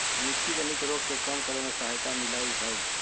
मिट्टी जनित रोग के कम करे में सहायता मिलैय हइ